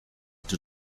into